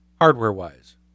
hardware-wise